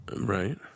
Right